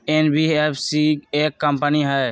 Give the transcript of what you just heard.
NBFC एक company हई?